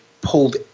pulled